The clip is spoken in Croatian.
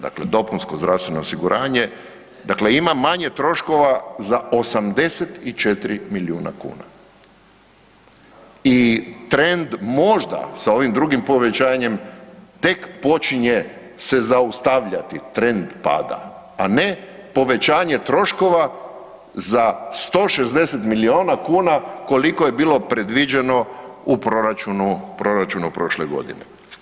Dakle, dopunsko zdravstveno osiguranje dakle ima manje troškova za 84 milijuna kuna i trend možda sa ovim drugim povećanjem tek počinje se zaustavljati trend pada, a ne povećanje troškova za 160 milijuna kuna koliko je bilo predviđeno u proračunu prošle godine.